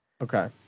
Okay